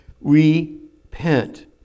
repent